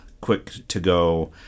quick-to-go